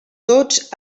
tots